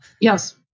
Yes